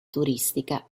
turistica